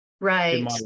Right